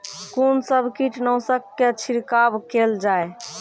कून सब कीटनासक के छिड़काव केल जाय?